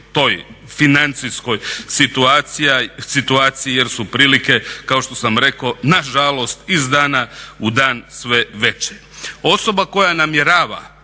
toj financijskoj situaciji jer su prilike kao što sam rekao nažalost iz dana u dan sve veće. Osoba koja namjerava